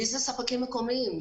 מי אלה הספקים המקומיים?